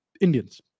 Indians